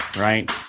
right